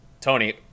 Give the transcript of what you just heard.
Tony